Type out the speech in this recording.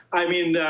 i mean,